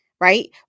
right